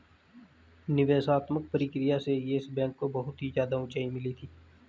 निवेशात्मक प्रक्रिया से येस बैंक को बहुत ही ज्यादा उंचाई मिली थी